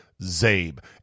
zabe